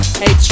hey